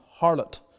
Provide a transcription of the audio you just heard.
harlot